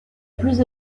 plus